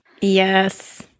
Yes